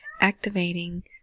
activating